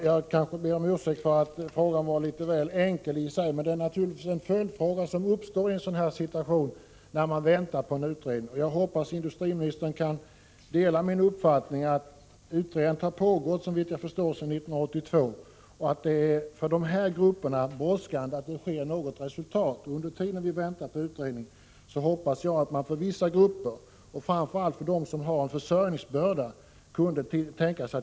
Herr talman! Jag ber om ursäkt. Frågan var kanske litet väl enkel. Men det är naturligt att en sådan följdfråga uppstår när man befinner sig i den situationen att man väntar på resultatet av en utredning. Med tanke på den utredning som pågår — och som har pågått, såvitt jag förstår, sedan 1982 — hoppas jag att industriministern delar min uppfattning att det för berörda grupper brådskar med ett resultat. Jag hoppas således att man i avvaktan på utredningens resultat kan tänka sig att göra någonting för vissa grupper, framför allt för dem som har en försörjningsbörda.